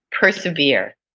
persevere